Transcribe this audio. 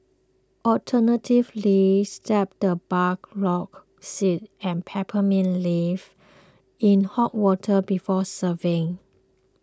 alternatively steep the burdock seeds and peppermint leaves in hot water before serving